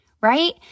right